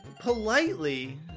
politely